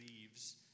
leaves